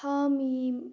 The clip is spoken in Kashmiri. ہامیٖم